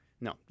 no